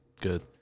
Good